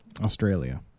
Australia